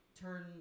turn